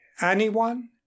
anyone